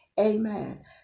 Amen